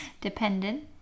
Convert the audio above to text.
Dependent